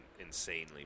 insanely